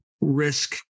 risk